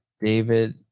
David